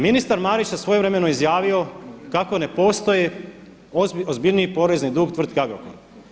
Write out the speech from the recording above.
Ministar Marić je svojevremeno izjavio kako ne postoji ozbiljniji porezni dug tvrtke Agrokor.